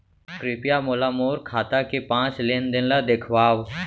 कृपया मोला मोर खाता के पाँच लेन देन ला देखवाव